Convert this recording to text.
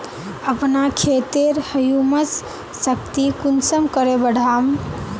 अपना खेतेर ह्यूमस शक्ति कुंसम करे बढ़ाम?